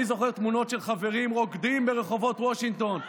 אני זוכר תמונות של חברים רוקדים ברחובות וושינגטון.